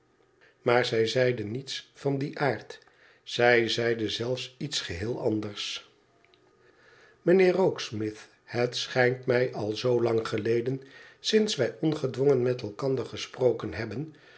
maar zij zeide niets van dien aard zij zeide zelfs iets geheel anders mijnheer rokesmith het schijnt mij al zoo lang geleden sinds wij ongedwongen met elkander gesproken hebben